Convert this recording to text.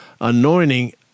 anointing